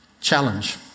challenge